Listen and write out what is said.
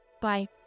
Bye